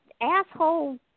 asshole